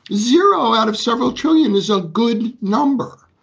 zero out of several trillion is a good number.